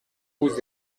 vous